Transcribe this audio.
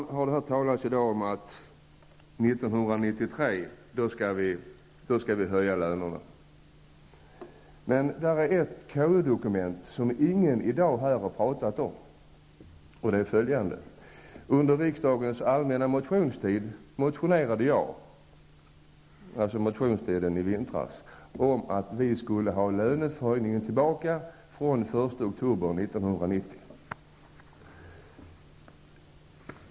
Vi har i dag hört talas om att vi skall höja lönerna 1993. Men det finns ett KU-dokument som ingen i dag har pratat om, och det är följande. Under riksdagens allmänna motionstid i vintras motionerade jag om att vi skulle få löneförhöjningen från den 1 oktober 1990.